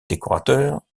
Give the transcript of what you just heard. décorateur